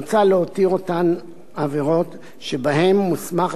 מוצע להותיר אותן עבירות שבהן מוסמך